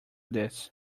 this